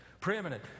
Preeminent